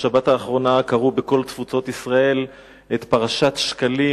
בשבת האחרונה קראו בכל תפוצות ישראל את פרשת שקלים,